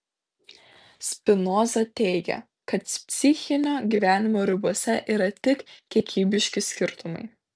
spinoza teigia kad psichinio gyvenimo ribose yra tik kiekybiški skirtumai